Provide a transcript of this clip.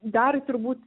dar turbūt